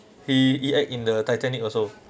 he he act in the titanic also